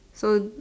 so